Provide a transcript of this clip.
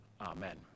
amen